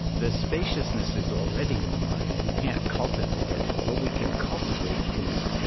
the spaciousness is already in the mind. we can't cultivate it. what we can cultivate is